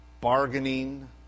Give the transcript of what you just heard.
bargaining